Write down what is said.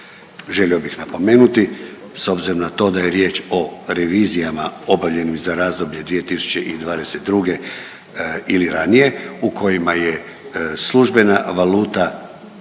Želio bih napomenuti, s obzirom na to da je riječ o revizijama obavljenim za razdoblje 2022. ili ranije, u kojima je službena valuta